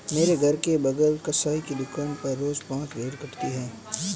मेरे घर के बगल कसाई की दुकान पर रोज पांच भेड़ें कटाती है